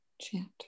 chant